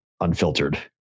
unfiltered